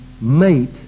mate